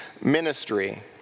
ministry